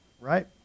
right